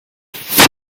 that